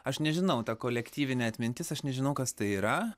aš nežinau ta kolektyvinė atmintis aš nežinau kas tai yra